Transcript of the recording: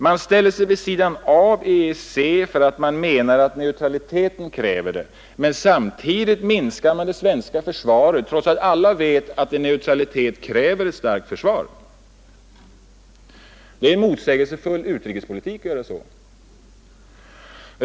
Man ställer sig vid sidan av EEC därför att man menar att neutraliteten kräver det, men samtidigt minskar man det svenska försvaret, trots att alla vet att en neutralitet kräver ett starkt försvar. Det är motsägelsefull utrikespolitik att göra så.